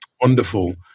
wonderful